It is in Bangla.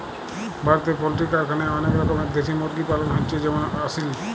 ভারতে পোল্ট্রি কারখানায় অনেক রকমের দেশি মুরগি পালন হচ্ছে যেমন আসিল